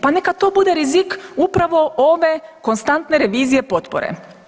Pa neka to bude rizik upravo ove konstantne revizije potpore.